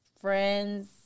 friends